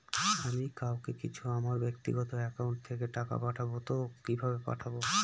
আমি কাউকে কিছু আমার ব্যাক্তিগত একাউন্ট থেকে টাকা পাঠাবো তো কিভাবে পাঠাবো?